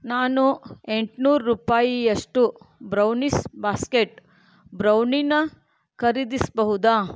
ನಾನು ಎಂಟುನೂರು ರೂಪಾಯಿಯಷ್ಟು ಬ್ರೌನೀಸ್ ಬಾಸ್ಕೆಟ್ ಬ್ರೌನಿನ ಖರೀದಿಸಬಹುದೇ